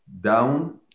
down